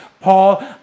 Paul